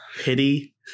pity